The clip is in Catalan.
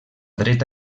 dret